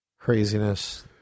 Craziness